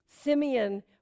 Simeon